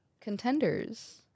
contenders